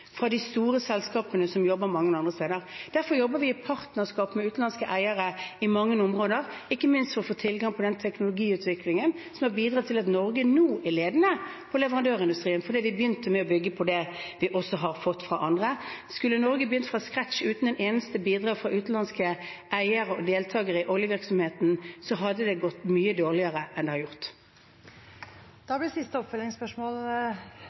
fra de store selskapene som jobber mange andre steder. Derfor jobber vi i partnerskap med utenlandske eiere i mange områder, ikke minst for å få tilgang på den teknologiutviklingen som har bidratt til at Norge nå er ledende innen leverandørindustrien, fordi vi begynte med å bygge på det vi har fått fra andre. Skulle Norge begynt fra scratch uten et eneste bidrag fra utenlandske eiere og deltakere i oljevirksomheten, hadde det gått mye dårligere enn det har gjort. Trygve Slagsvold Vedum – til oppfølgingsspørsmål.